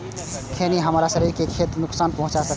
खैनी हमरा शरीर कें पैघ नुकसान पहुंचा सकै छै